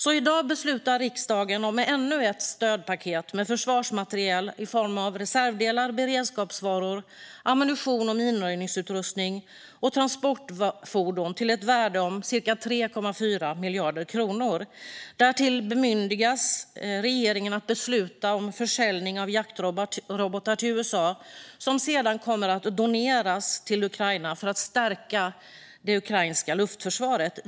I dag beslutar riksdagen om ännu ett stödpaket med försvarsmateriel i form av reservdelar, beredskapsvaror, ammunition, minröjningsutrustning och transportfordon till ett värde av cirka 3,4 miljarder kronor. Därtill bemyndigas regeringen att besluta om försäljning av jaktrobotar till USA, som sedan kommer att doneras till Ukraina för att stärka det ukrainska luftförsvaret.